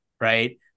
right